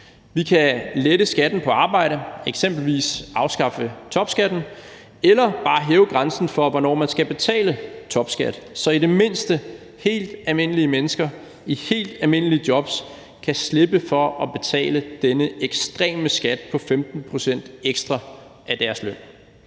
Vi kan lette skatten på arbejde, eksempelvis afskaffe topskatten eller bare hæve grænsen for, hvornår man skal betale topskat, så i det mindste helt almindelige mennesker i helt almindelige jobs kan slippe for at betale denne ekstreme skat på 15 pct. ekstra af deres løn.